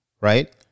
Right